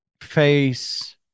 face